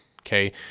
Okay